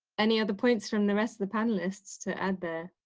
any other points from the rest of the panelists to add there?